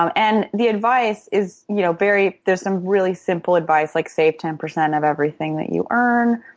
um and the advice is, you know, very there's some really simple advice like save ten percent of everything that you earn.